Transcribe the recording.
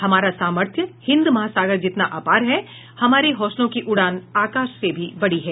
हमारा सामर्थ्य हिंद महासागर जितना अपार है हमारे हौसलों की उड़ान आकाश से भी बड़ी है